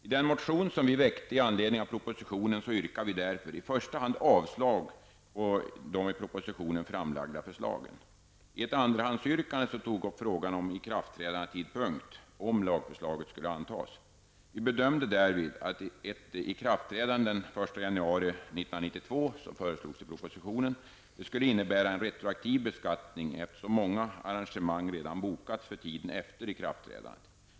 I den motion som vi väckte med anledning av propositionen yrkade vi därför i första hand avslag på det i propositionen framlagda förslaget. I ett andrahandsyrkande tog vi upp frågan om ikraftträdandetidpunkt -- om lagförslaget skulle antas. Vi bedömde därvid att ett ikraftträdande den 1 januari 1992, som föreslogs i propositionen, skulle innebära en retroaktiv beskattning, eftersom många arrangemang redan bokats för tiden efter ikraftträdandet.